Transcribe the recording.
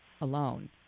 alone